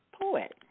poet